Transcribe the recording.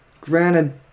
granted